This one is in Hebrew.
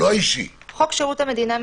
חוק שירות המדינה (מינויים)